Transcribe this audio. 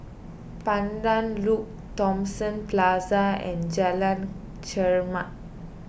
Pandan Loop Thomson Plaza and Jalan Chermat